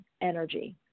energy